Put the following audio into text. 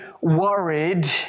worried